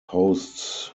hosts